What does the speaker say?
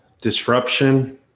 disruption